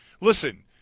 listen